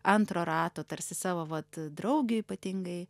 antro rato tarsi savo vat draugė ypatingai